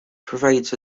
provides